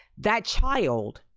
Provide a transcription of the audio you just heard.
that child,